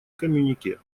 коммюнике